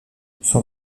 sans